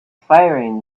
firing